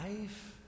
life